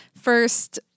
first